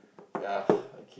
ya okay